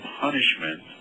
punishment